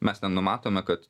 mes nenumatome kad